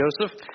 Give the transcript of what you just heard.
Joseph